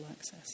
access